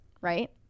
right